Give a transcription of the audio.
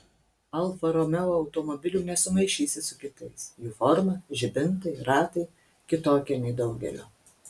alfa romeo automobilių nesumaišysi su kitais jų forma žibintai ratai kitokie nei daugelio